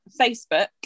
Facebook